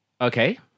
Okay